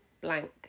blank